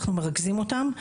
אנחנו מרכזים אותן.